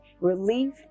relief